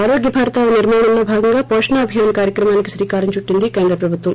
ఆరోగ్య భారతావని నిర్మాణంలో భాగంగా పోషణ అభియాన్ కార్యక్రమానికి శ్రీకారం చుట్టింది కేంద్ర ప్రభుత్వం